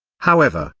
however,